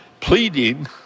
pleading